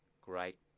great